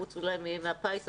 חוץ מהפיס,